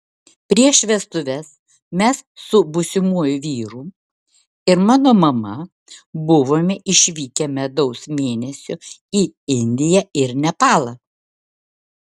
prieš vestuves mes su būsimuoju vyru ir mano mama buvome išvykę medaus mėnesio į indiją ir nepalą